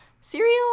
cereal